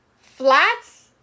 flats